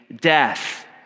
death